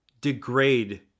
degrade